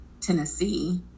Tennessee